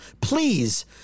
Please